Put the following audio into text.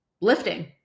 lifting